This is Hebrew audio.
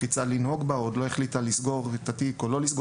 כיצד לנהוג בה; היא עוד לא החליטה האם לסגור את התיק או לא,